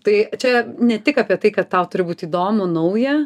tai čia ne tik apie tai kad tau turi būt įdomu nauja